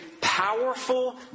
powerful